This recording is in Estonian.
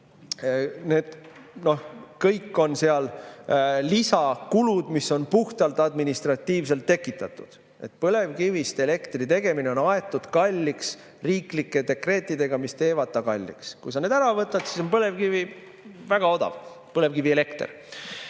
Need kõik on seal lisakulud, mis on puhtalt administratiivselt tekitatud. Põlevkivist elektri tegemine on aetud kalliks riiklike dekreetidega, mis teevad ta kalliks. Kui sa need ära võtad, siis on põlevkivi väga odav, põlevkivielekter.